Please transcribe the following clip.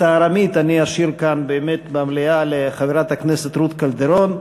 את הארמית אני אשאיר כאן במליאה לחברת הכנסת רות קלדרון,